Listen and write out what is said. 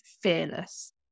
fearless